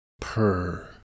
purr